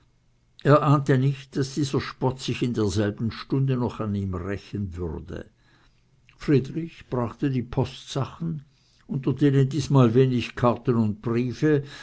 er ahnte nicht daß dieser spott sich in derselben stunde noch an ihm rächen würde friedrich brachte die postsachen unter denen diesmal wenig karten und briefe